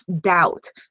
doubt